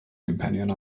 companion